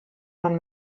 man